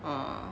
orh